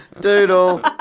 Doodle